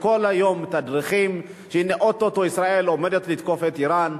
שכל היום מתדרכים שהנה או-טו-טו ישראל עומדת לתקוף את אירן,